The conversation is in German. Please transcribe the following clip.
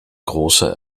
großer